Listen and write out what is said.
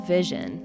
Vision